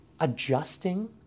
adjusting